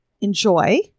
enjoy